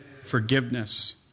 forgiveness